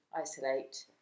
isolate